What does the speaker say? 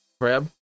Crab